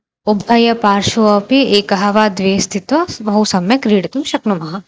उभयपार्श्वौ अपि एकः वा द्वे स्थित्वा बहु सम्यक् क्रीडितुं शक्नुमः